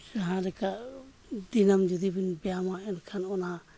ᱡᱟᱦᱟᱸ ᱞᱮᱠᱟ ᱫᱤᱱᱟᱹᱢ ᱡᱩᱫᱤᱵᱤᱱ ᱵᱮᱭᱟᱢᱟ ᱮᱱᱠᱷᱟᱱ ᱚᱱᱟ